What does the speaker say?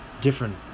different